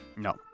No